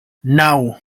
naŭ